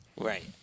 Right